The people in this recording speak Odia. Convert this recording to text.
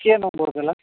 କିଏ ନମ୍ବର ଦେଲା